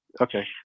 Okay